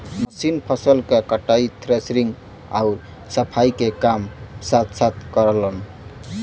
machine फसल क कटाई, थ्रेशिंग आउर सफाई के काम साथ साथ करलन